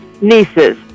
nieces